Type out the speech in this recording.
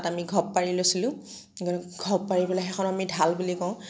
তাত আমি ঘপ পাৰি লৈছিলোঁ ঘপ পাৰি পেলাই সেইখন আমি ঢাল বুলি কওঁ